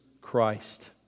Christ